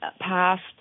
passed